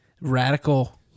Radical